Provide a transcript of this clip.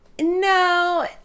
No